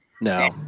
No